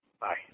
Bye